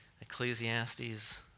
Ecclesiastes